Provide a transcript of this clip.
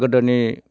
गोदोनि